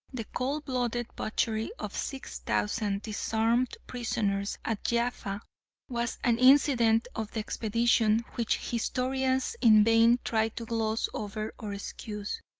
the cold-blooded butchery of six thousand disarmed prisoners at jaffa was an incident of the expedition which historians in vain try to gloss over or excuse,